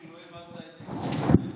עוזי,